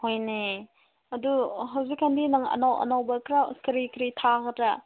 ꯍꯣꯏꯅꯦ ꯑꯗꯣ ꯍꯧꯖꯤꯛꯀꯥꯟꯗꯤ ꯅꯪ ꯑꯅꯧ ꯑꯅꯧꯕ ꯈꯔ ꯀꯔꯤ ꯀꯔꯤ ꯊꯥꯒꯗ꯭ꯔꯥ